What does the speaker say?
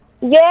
yes